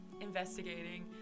investigating